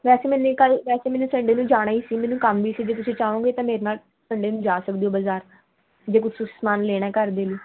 ਵੈਸੇ ਮੈਨੂੰ ਵੈਸੇ ਮੈਨੇ ਸੰਡੇ ਨੂੰ ਜਾਣਾ ਹੀ ਸੀ ਮੈਨੂੰ ਕੰਮ ਹੀ ਸੀ ਜੇ ਤੁਸੀਂ ਚਾਹੋਗੇ ਤਾਂ ਮੇਰੇ ਨਾਲ ਸੰਡੇ ਨੂੰ ਜਾ ਸਕਦੇ ਹੋ ਬਜ਼ਾਰ ਜੇ ਕੁਛ ਸਮਾਨ ਲੈਣਾ ਘਰ ਦੇ ਲਈ